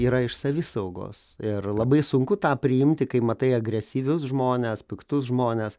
yra iš savisaugos ir labai sunku tą priimti kai matai agresyvius žmones piktus žmones